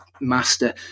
master